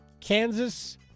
Kansas